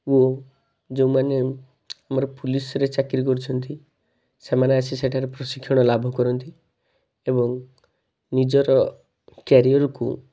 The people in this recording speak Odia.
ଓ ଯେଉଁମାନେ ମୋର ପୁଲିସରେ ଚାକିରୀ କରିଛନ୍ତି ସେମାନେ ଆସି ସେଠାରେ ପ୍ରଶିକ୍ଷଣ ଲାଭ କରନ୍ତି ଏବଂ ନିଜର କ୍ୟାରିୟରକୁ